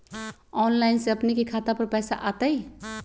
Online से अपने के खाता पर पैसा आ तई?